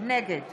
נגד